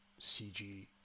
CG